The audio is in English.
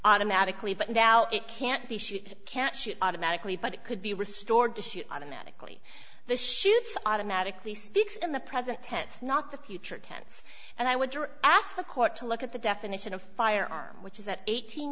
automatically but now it can't be she can't shoot automatically but it could be restored to shoot automatically the shoots automatically speaks in the present tense not the future tense and i would ask the court to look at the definition of firearm which is at eighteen